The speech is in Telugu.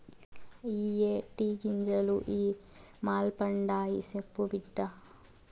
ఇయ్యే టీ గింజలు ఇ మల్పండాయి, సెప్పు బిడ్డా